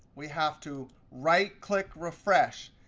we have to right click refresh.